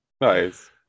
Nice